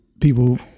people